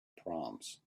proms